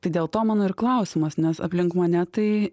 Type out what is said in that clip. tai dėl to mano ir klausimas nes aplink mane tai